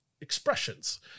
expressions